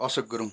Ashok Gurung